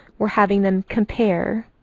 we're having them compare.